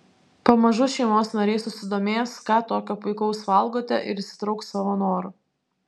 pamažu šeimos nariai susidomės ką tokio puikaus valgote ir įsitrauks savo noru